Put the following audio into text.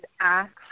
ask